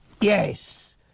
yes